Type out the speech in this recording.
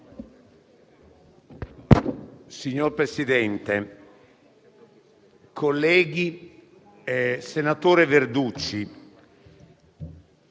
Signor Presidente, colleghi, senatore Verducci,